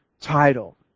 title